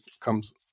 comes